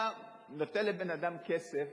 אתה נותן לבן-אדם כסף